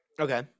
Okay